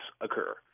occur